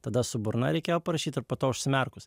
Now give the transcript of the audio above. tada su burna reikėjo parašyt ir po to užsimerkus